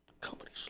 Company